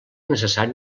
necessari